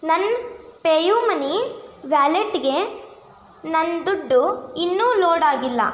ನನ್ನ pay U money ವ್ಯಾಲೆಟ್ಗೆ ನನ್ನ ದುಡ್ಡು ಇನ್ನೂ ಲೋಡ್ ಆಗಿಲ್ಲ